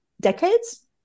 decades